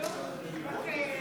אינה נוכחת.